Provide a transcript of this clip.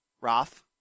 Roth